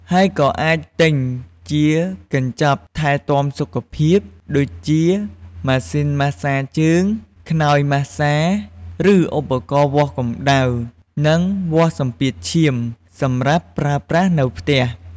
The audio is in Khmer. ហើយក៏អាចទិញជា កញ្ចប់ថែទាំសុខភាព ដូចជាម៉ាស៊ីនម៉ាស្សាជើង ខ្នើយម៉ាស្សា ឬឧបករណ៍វាស់កម្ដៅ និងវាស់សម្ពាធឈាមសម្រាប់ប្រើប្រាស់នៅផ្ទះ។